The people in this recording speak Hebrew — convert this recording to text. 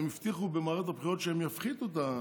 הם הבטיחו במערכת הבחירות שהם יפחית את המיסים.